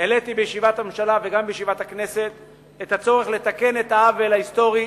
העליתי בישיבת הממשלה וגם בישיבת הכנסת את הצורך לתקן את העוול ההיסטורי